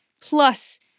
plus